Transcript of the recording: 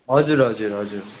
हजुर हजुर हजुर